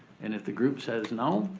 and if the group says no,